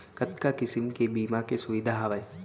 कतका किसिम के बीमा के सुविधा हावे?